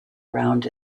around